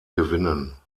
gewinnen